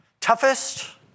toughest